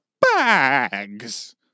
bags